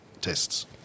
tests